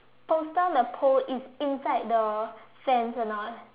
poster the pole is inside the fence or not